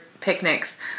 picnics